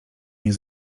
mnie